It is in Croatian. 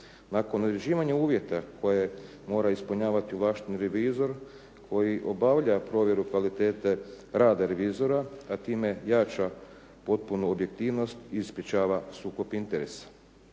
Nakon određivanja uvjeta koje mora ispunjavati ovlašteni revizor koji obavlja provjeru kvalitete rada revizora a time jača potpunu objektivnost i sprječava sukob interesa.